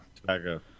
tobacco